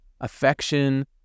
affection